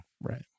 right